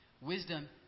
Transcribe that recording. Wisdom